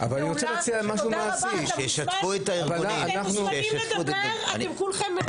12:16.